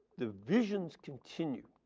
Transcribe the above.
the visions continue.